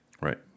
Right